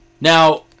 Now